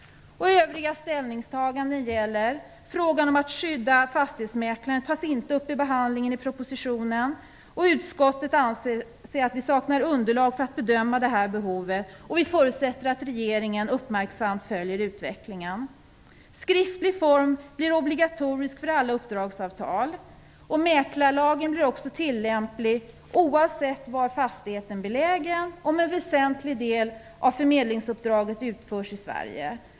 Övriga ställningstaganden gäller bl.a. frågan om att skydda titeln fastighetsmäklare tas inte upp till behandling i propositionen. Utskottet anser sig kunna sakna underlag för att bedöma behovet men förutsätter att regeringen uppmärksamt följer utvecklingen. Skriftlig form blir obligatorisk för alla uppdragsavtal. Mäklarlagen blir också tillämplig oavsett var fastigheten är belägen om en väsentlig del av förmedlingsuppdraget utförs i Sverige.